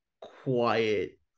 quiet